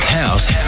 house